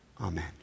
Amen